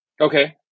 Okay